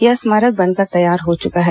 यह स्मारक बनकर तैयार हो चुका है